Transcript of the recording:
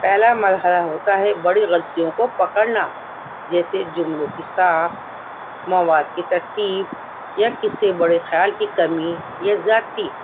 پہلا مرحلہ ہوتا ہے بڑی غلطیوں کو پکڑنا جیسے جملوں کی ساخت مواد کی ترتیب یا کسی بڑے خیال کی کمی ذاتی